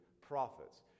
Prophets